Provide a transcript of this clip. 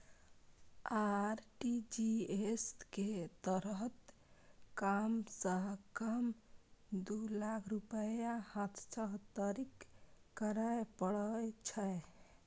RTGS के तहत कम सं कम दू लाख रुपैया हस्तांतरित करय पड़ै छै